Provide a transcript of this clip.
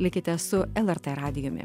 likite su lrt radijumi